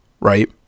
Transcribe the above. Right